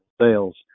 sales